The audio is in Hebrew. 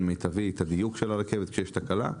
מיטבי את הדיוק של הרכבת כשיש תקלה.